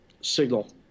signal